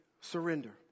surrender